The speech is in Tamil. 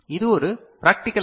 இது ஒரு பிராக்டிகல் ஐ